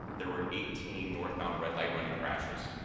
there were eighteen northbound red-light running crashes.